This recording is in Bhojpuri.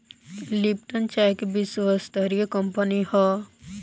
लिप्टन चाय के विश्वस्तरीय कंपनी हअ